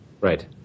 right